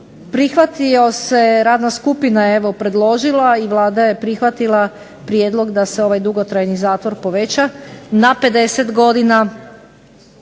Prihvatio se radna skupina je predložila i Vlada je prihvatila prijedlog da se ovaj dugotrajni zatvor poveća na 50 godina,